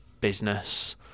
business